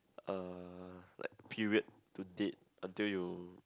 uh like period to date until you